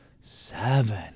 Seven